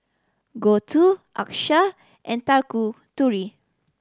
Gouthu Akshay and Tanguturi